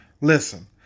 Listen